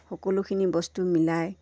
সকলোখিনি বস্তু মিলায়